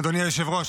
אדוני היושב-ראש,